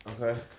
Okay